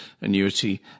annuity